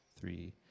three